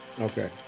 Okay